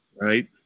Right